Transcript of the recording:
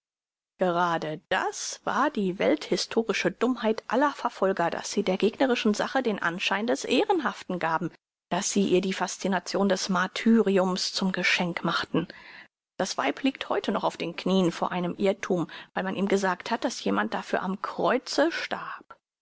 gerade das war die welthistorische dummheit aller verfolger daß sie der gegnerischen sache den anschein des ehrenhaften gaben daß sie ihr die fascination des martyriums zum geschenk machten das weib liegt heute noch auf den knien vor einem irrthum weil man ihm gesagt hat daß jemand dafür am kreuze starb